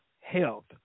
health